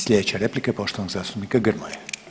Sljedeća replika je poštovanog zastupnika Grmoje.